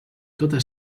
tota